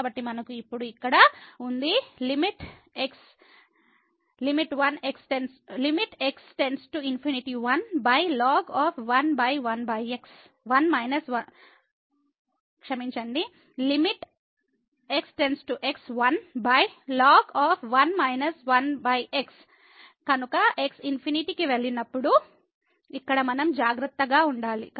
కాబట్టి మనకు ఇప్పుడు ఇక్కడ ఉంది x ∞1ln కనుక x ∞ కి వెళ్ళినప్పుడు ఇక్కడ మనం జాగ్రత్తగా ఉండాలి